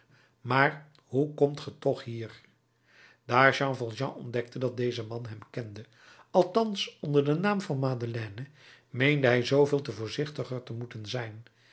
maar hoe komt ge toch hier daar jean valjean ontdekte dat deze man hem kende althans onder den naam van madeleine meende hij zooveel te voorzichtiger te moeten zijn